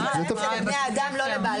המניעה שלהם זה לבני האדם, לא לבעלי החיים.